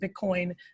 Bitcoin